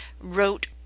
wrote